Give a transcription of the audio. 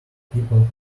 people